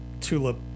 tulip